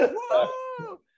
whoa